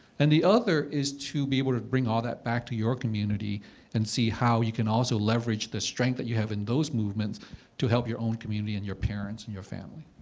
and the other is to be able to bring all that back to your community and see how you can also leverage the strength that you have in those movements to help your own community and your parents and your family.